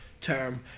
term